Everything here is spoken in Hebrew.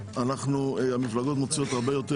בחירות המפלגות מוציאות הרבה יותר